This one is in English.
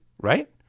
right